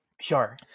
Sure